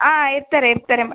ಆಂ ಇರ್ತಾರೆ ಇರ್ತಾರೆ ಮಾ